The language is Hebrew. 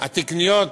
התקניות